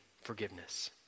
forgiveness